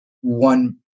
One